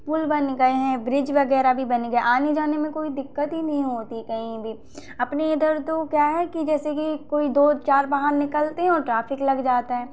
पुल बन गए हैं ब्रिज वगैरह भी बन गए हैं आने जाने में कोई दिक्कत ही नहीं होती कहीं भी अपने इधर तो क्या है कि जैसे कि कोई दो चार वाहन निकलते हैं और ट्रैफिक लग जाता है